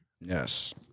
Yes